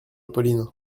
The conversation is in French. pauline